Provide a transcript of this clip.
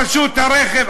רשות הרכב,